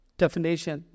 definition